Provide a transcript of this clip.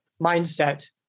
mindset